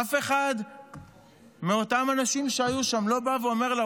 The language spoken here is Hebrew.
אף אחד מאותם אנשים שהיו שם לא בא ואומר לה: